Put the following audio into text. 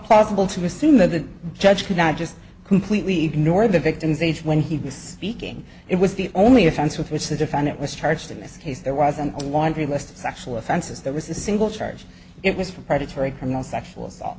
possible to assume that the judge cannot just completely ignore the victim's age when he was speaking it was the only offense with which the defendant was charged in this case there wasn't a laundry list of sexual offenses there was a single charge it was for predatory criminal sexual assault